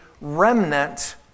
remnant